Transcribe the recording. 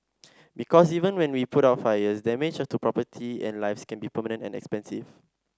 because even when we can put out the fires damage to property and lives can be permanent and expensive